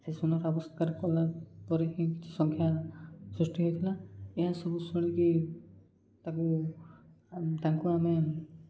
ସେ ଶୂନର ଆବଷ୍କାର କଲା ପରେ ହିଁ କିଛି ସଂଖ୍ୟା ସୃଷ୍ଟି ହୋଇଥିଲା ଏହା ସବୁ ଶୁଣିକି ତାକୁ ତାଙ୍କୁ ଆମେ